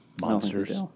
monsters